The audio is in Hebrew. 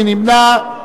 מי נמנע?